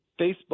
facebook